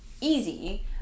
easy